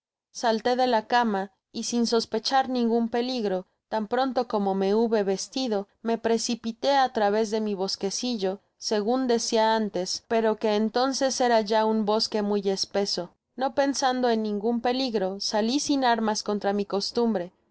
salté de la cama y sin sospechar ningun peligro tan pronto como me hube vestido ma precipité á través de mi bosquecillo segun decia antes pero que entonces era ya un bosque muy espeso no pensando en fiingun peligro sali sin armas contra mi costumbre